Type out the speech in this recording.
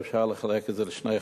ואפשר לחלק את זה לשני חלקים.